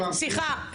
סליחה,